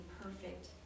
perfect